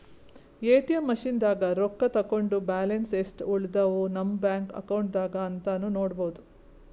ATM ಮಷಿನ್ದಾಗ್ ರೊಕ್ಕ ತಕ್ಕೊಂಡ್ ಬ್ಯಾಲೆನ್ಸ್ ಯೆಸ್ಟ್ ಉಳದವ್ ನಮ್ ಬ್ಯಾಂಕ್ ಅಕೌಂಟ್ದಾಗ್ ಅಂತಾನೂ ನೋಡ್ಬಹುದ್